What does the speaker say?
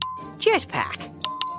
Jetpack